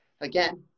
Again